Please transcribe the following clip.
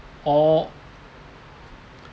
or